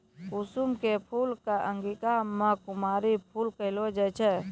कुसुम के फूल कॅ अंगिका मॅ कुसमी फूल कहलो जाय छै